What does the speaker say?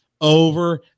over